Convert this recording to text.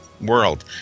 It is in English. world